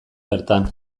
bertan